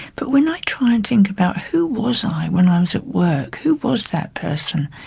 but when i try and think about who was i when i was at work, who was that person,